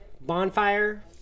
bonfire